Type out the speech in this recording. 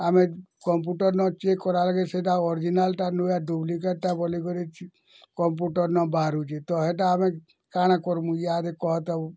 ଆମେ କମ୍ପୁଟର୍ ନ ଚେକ୍ କରାଲ୍କେ ସେଟା ଅର୍ଜିନାଲ୍ଟା ନୁହେଁ ଡ଼ୁପ୍ଲିକେଟ୍ଟା ବୋଲି କରି କମ୍ପୁଟର୍ ନ ବାହାରୁଛି ତ ହେଟା ଆମେ କାଣା କରମୁଁ ଈହା ଦେ କହତ